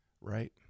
Right